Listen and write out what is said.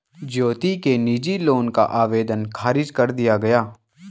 ज्योति के निजी लोन का आवेदन ख़ारिज कर दिया गया